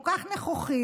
כל כך נכוחים,